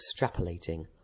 extrapolating